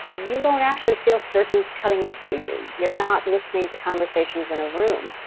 you don't actually feel surgeons cutting into you. you're not listening to conversations in a room.